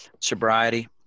sobriety